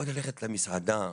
או ללכת למסעדה,